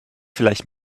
vielleicht